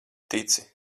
tici